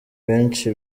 benshi